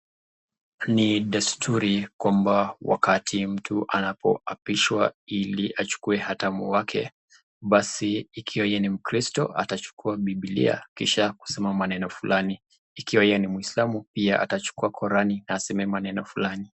Ni desturi kwamba wakati mtu anapoapishwa ili achukue hatamu yake, basi ikiwa yeye ni mkristo atachukua bibilia kisha kusema maneno fulani, ikiwa yeye ni muislamu pia atachukua Qurani na aseme maneno fulani.